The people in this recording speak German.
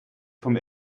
vom